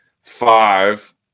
five